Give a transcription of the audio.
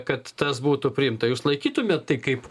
kad tas būtų priimta jūs laikytumėt tai kaip